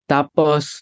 Tapos